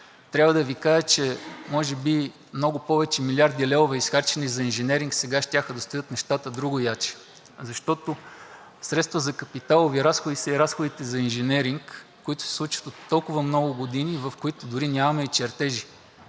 трябва да Ви кажа, че може би много повече милиарди левове, изхарчени за инженеринг, сега щяха да стоят нещата другояче. Защото средства за капиталови разходи са и разходите за инженеринг, които се случват от толкова много години, в които дори нямаме и чертежи.